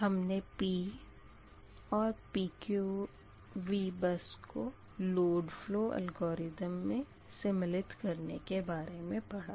हमने P और PQV buses को लोड फ़लो अलगोरिथम मे सिम्मलित करने के बारे मे पढ़ा